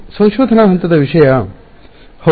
ಸಂಶೋಧನಾ ಹಂತದ ವಿಷಯ ಹೌದು